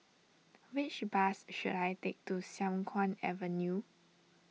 which bus should I take to Siang Kuang Avenue